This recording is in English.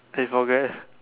they forget